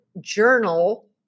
journal